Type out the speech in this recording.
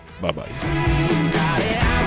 bye-bye